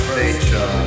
nature